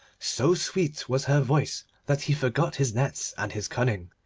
so sweet was her voice that he forgot his nets and his cunning,